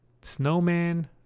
snowman